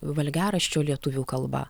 valgiaraščio lietuvių kalba